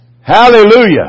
Hallelujah